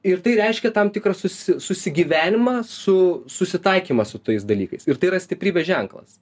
ir tai reiškia tam tikrą susi susigyvenimą su susitaikymą su tais dalykais ir tai yra stiprybės ženklas